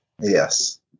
Yes